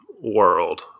world